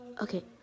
Okay